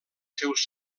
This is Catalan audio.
seus